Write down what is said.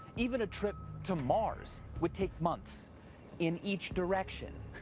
even a trip to mars would take months in each direction.